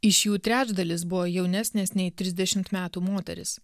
iš jų trečdalis buvo jaunesnės nei trisdešimt metų moterys